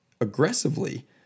aggressively